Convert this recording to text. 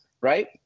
right